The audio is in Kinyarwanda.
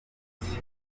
muherwe